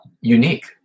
unique